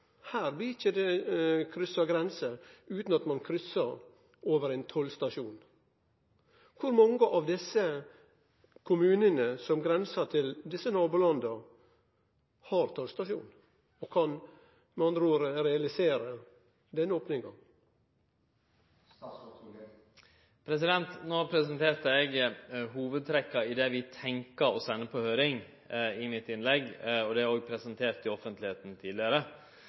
her blir det ikkje kryssa grenser utan at ein kryssar via ein tollstasjon. Kor mange av desse kommunane, som grensar til desse nabolanda, har tollstasjon og kan – med andre ord – realisere denne opninga? No presenterte eg i innlegget mitt hovudtrekka i det vi tenkjer å sende på høyring, det har eg òg presentert for offentlegheita tidlegare.